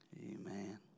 Amen